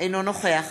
אינו נוכח